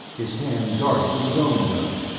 his hand darted to his own gun.